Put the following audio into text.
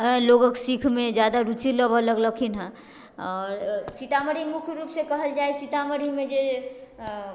लोगोके सीखैमे जादा रुचि लेबै लगलखिन हँ आओर सीतामढ़ी मुख्य रूपसँ कहल जाइ सीतामढ़ीमे जे